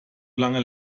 lange